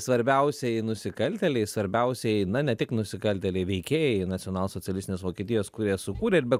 svarbiausieji nusikaltėliai svarbiausieji na tik nusikaltėliai veikėjai nacionalsocialistinės vokietijos kurie sukūrė ir be